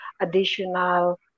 additional